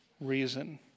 reason